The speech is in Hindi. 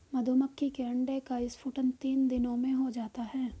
मधुमक्खी के अंडे का स्फुटन तीन दिनों में हो जाता है